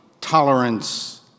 tolerance